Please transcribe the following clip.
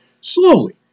slowly